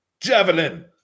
Javelin